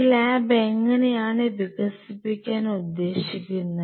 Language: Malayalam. ഈ ലാബ് എങ്ങനെയാണ് വികസിപ്പിക്കാൻ ഉദ്ദേശിക്കുന്നത്